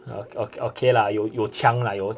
oh okay lah 有枪 lah 有枪 lah 有